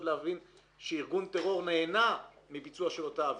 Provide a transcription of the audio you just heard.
להבין שארגון טרור נהנה מביצוע של אותה עבירה,